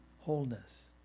wholeness